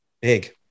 big